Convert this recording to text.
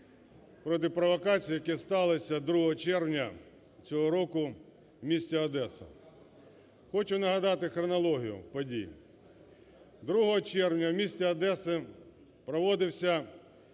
проти провокацій, які сталися 2 червня цього року в місті Одеса. Хочу нагадати хронологію подій. 2 червня в місті Одесі проводився